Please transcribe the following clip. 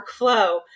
workflow